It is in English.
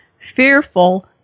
Fearful